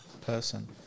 person